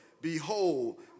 Behold